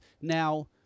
Now